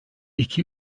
iki